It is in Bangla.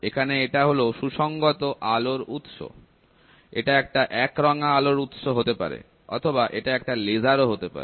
এখানে এটা হল সুসঙ্গত আলোর উৎস এটা একটা একরঙা আলোর উৎস হতে পারে অথবা এটা একটা লেজার ও হতে পারে